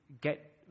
get